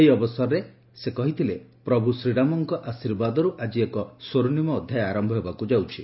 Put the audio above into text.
ଏହି ଅବସରରେ ସେ କହିଛନ୍ତି ପ୍ରଭୁ ଶ୍ରୀରାମଙ୍କ ଆଶୀର୍ବାଦରୁ ଆଜି ଏକ ସ୍ୱର୍ଷ୍ରିମ ଅଧ୍ଧାୟ ଆର ହେବାକୁ ଯାଉଛି